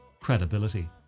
Credibility